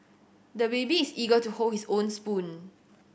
the baby is eager to hold his own spoon